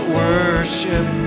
worship